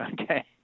Okay